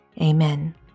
Amen